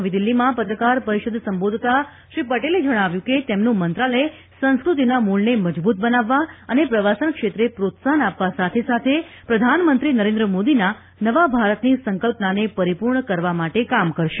નવી દિલ્હીમાં પત્રકારપરિષદ સંબોધતાં શ્રી પટેલે જણાવ્યું હતું કે તેમનું મંત્રાલય સંસ્કૃતિના મૂળને મજબૂત બનાવવા અને પ્રવાસનક્ષેત્રે પ્રોત્સાહન આપવા સાથે સાથે પ્રધાનમંત્રી નરેન્દ્ર મોદીના નવા ભારતની સંકલ્પનાને પરિપૂર્ણ કરવા માટે કામ કરશે